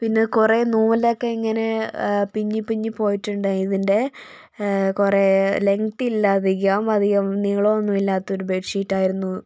പിന്നെ കുറേ നൂലൊക്കെ ഇങ്ങനെ പിഞ്ഞി പിഞ്ഞി പോയിട്ടുണ്ടായി ഇതിൻ്റെ കുറേ ലെംഗ്ത്തി ഇല്ല അധികം അധികം നീളം ഒന്നുമില്ലാത്തൊരു ബെഡ്ഷീറ്റ് ആയിരുന്നു